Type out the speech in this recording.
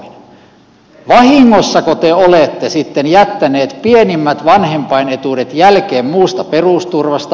vahingossako te olette sitten jättäneet pienimmät vanhempainetuudet jälkeen muusta perusturvasta